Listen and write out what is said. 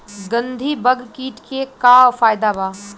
गंधी बग कीट के का फायदा बा?